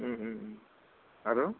আৰু